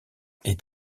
est